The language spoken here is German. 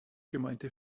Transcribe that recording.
gemeinte